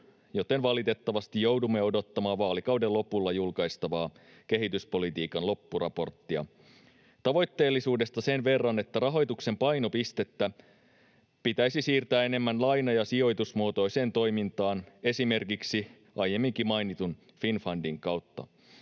joten valitettavasti joudumme odottamaan vaalikauden lopulla julkaistavaa kehityspolitiikan loppuraporttia. Tavoitteellisuudesta sen verran, että rahoituksen painopistettä pitäisi siirtää enemmän laina‑ ja sijoitusmuotoiseen toimintaan, esimerkiksi aiemminkin mainitun Finnfundin kautta.